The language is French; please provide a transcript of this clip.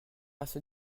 assez